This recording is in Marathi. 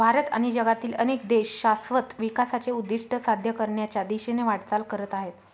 भारत आणि जगातील अनेक देश शाश्वत विकासाचे उद्दिष्ट साध्य करण्याच्या दिशेने वाटचाल करत आहेत